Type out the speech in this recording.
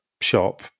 shop